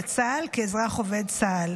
בצה"ל כאזרח עובד צה"ל.